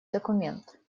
документ